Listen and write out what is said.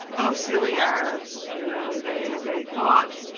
oh, silly arabs. you know they they thought,